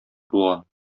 булган